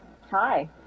Hi